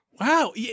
Wow